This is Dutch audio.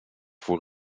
voor